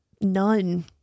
None